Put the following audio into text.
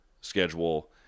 schedule